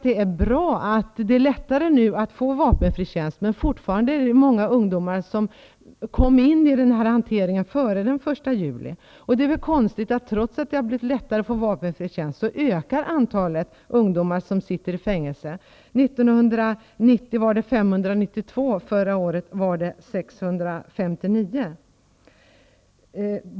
Det är bra att det nu är lättare att få vapenfri tjänst, men det är fortfarnade många ungdomar som kom in i den här hanteringen före den 1 juli. Det är konstigt att trots att det har blivit lättare att få vapenfri tjänst, ökar antalet ungdomar som sitter i fängelse. År 1990 var antalet 592 och förra året var det 659.